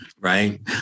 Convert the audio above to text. Right